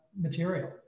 material